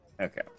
Okay